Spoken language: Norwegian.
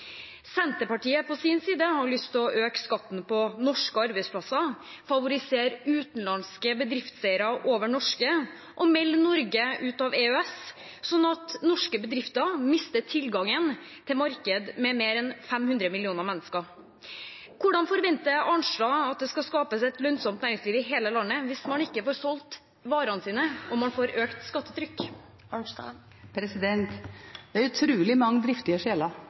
Senterpartiet på sin side har lyst til å øke skatten på norske arbeidsplasser, favorisere utenlandske bedriftseiere framfor norske og melde Norge ut av EØS, slik at norske bedrifter mister tilgangen til et marked med mer enn 500 millioner mennesker. Hvordan forventer Arnstad at det skal skapes et lønnsomt næringsliv i hele landet – hvis man ikke får solgt varene sine og man får økt skattetrykk? Det er utrolig mange driftige sjeler